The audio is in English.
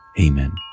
Amen